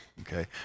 Okay